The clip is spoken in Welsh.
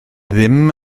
ddim